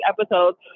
episodes